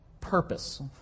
purpose